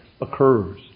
occurs